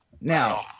Now